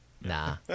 Nah